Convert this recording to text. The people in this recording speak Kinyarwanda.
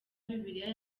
bibiliya